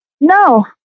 No